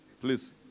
Please